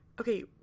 okay